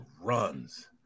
runs